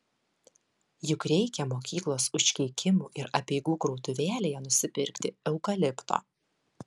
juk reikia mokyklos užkeikimų ir apeigų krautuvėlėje nusipirkti eukalipto